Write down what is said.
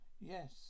Yes